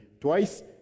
twice